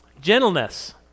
Gentleness